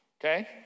Okay